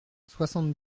soixante